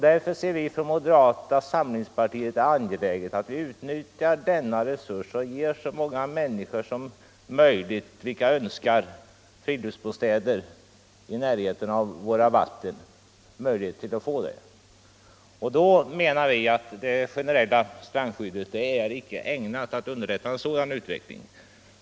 Därför ser vi från moderata samlingspartiet det som angeläget att vi utnyttjar denna resurs och ger så många människor som möjligt och som önskar fritidsbostäder i närheten av våra vatten en chans att få det. Vi menar att det generella strandskyddet inte är ägnat att underlätta en sådan utveckling.